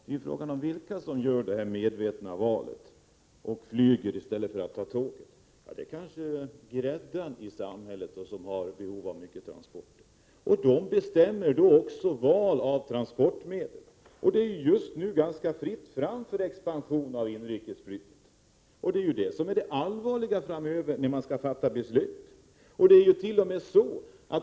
Herr talman! Frågan är vilka som gör det här medvetna valet, vilka som flyger i stället för att ta tåget. Det är kanske gräddan i samhället som har behov av mycket transporter och som då också bestämmer val av transportmedel. Just nu är det fritt fram för expansion av inrikesflyget, och det är ju det som är det allvarliga när vi framöver skall fatta beslut.